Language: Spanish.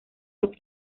los